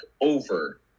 over